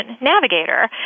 navigator